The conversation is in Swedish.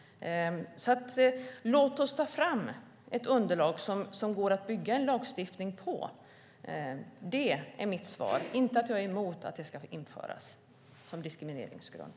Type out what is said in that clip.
Låt oss ta fram ett underlag som det går att bygga en lagstiftning på. Det är mitt svar. Jag är inte emot att det ska införas som diskrimineringsgrund.